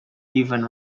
evan